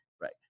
Right